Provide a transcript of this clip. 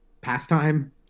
pastime